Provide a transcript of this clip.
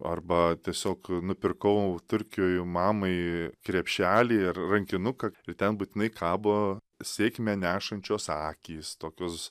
arba tiesiog nupirkau turkijoj mamai krepšelį ir rankinuką ir ten būtinai kabo sėkmę nešančios akys tokios